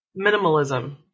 minimalism